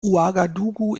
ouagadougou